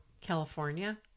California